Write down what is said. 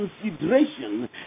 consideration